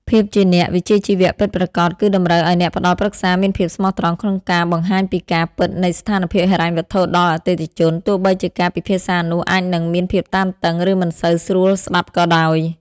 ភាពជាអ្នកវិជ្ជាជីវៈពិតប្រាកដ គឺតម្រូវឱ្យអ្នកផ្ដល់ប្រឹក្សាមានភាពស្មោះត្រង់ក្នុងការបង្ហាញពីការពិតនៃស្ថានភាពហិរញ្ញវត្ថុដល់អតិថិជន ទោះបីជាការពិភាក្សានោះអាចនឹងមានភាពតានតឹង ឬមិនសូវស្រួលស្ដាប់ក៏ដោយ។